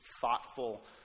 thoughtful